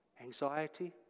Anxiety